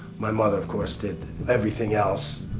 my mother, of course, did everything else.